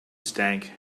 stank